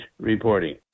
reporting